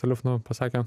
telefonu pasakė